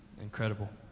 incredible